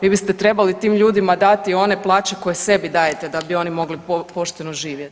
Vi biste trebali tim ljudima dati one plaće koje sebi dajete da bi oni mogli pošteno živjeti.